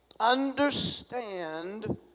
understand